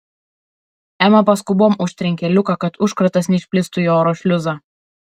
ema paskubom užtrenkė liuką kad užkratas neišplistų į oro šliuzą